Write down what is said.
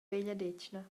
vegliadetgna